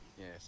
Yes